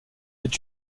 est